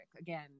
Again